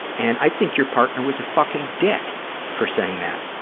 and i think your partner was a fucking dick for saying that.